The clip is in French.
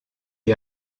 est